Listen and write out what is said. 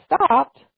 stopped